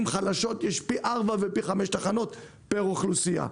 חלשות יש פי ארבע או פי חמש פר אוכלוסייה.